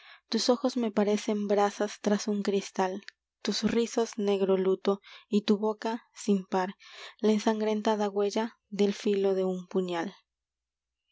la verdad me parecen un ojos brasas tras tus cristal rizos negro luto y tu boca sin par la ensangrentada huella un del filo de puñal